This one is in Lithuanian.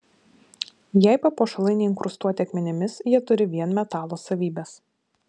jei papuošalai neinkrustuoti akmenimis jie turi vien metalo savybes